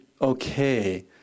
okay